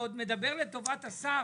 ועוד מדבר לטובת השר,